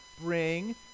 bring